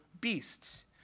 beasts